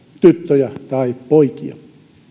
tyttöjä tai poikia